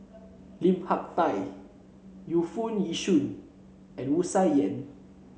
Lim Hak Tai Yu Foo Yee Shoon and Wu Tsai Yen